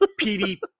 pvp